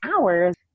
hours